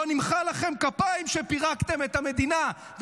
לא נמחא לכם כפיים על שפירקתם את המדינה,